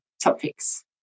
topics